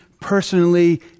personally